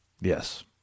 Yes